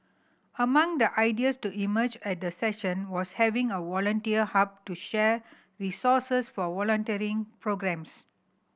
among the ideas to emerge at the session was having a volunteer hub to share resources for volunteering programmes